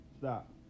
Stop